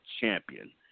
champion